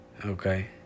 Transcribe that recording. Okay